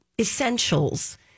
essentials